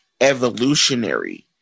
evolutionary